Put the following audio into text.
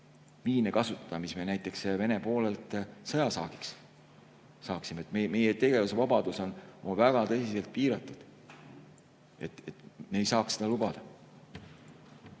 miine kasutada, mis me näiteks Vene poolelt sõjasaagiks saaksime. Meie tegevusvabadus oleks väga tõsiselt piiratud. Me ei saa seda lubada.